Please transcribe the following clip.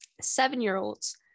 seven-year-olds